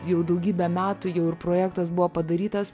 jau daugybę metų jau ir projektas buvo padarytas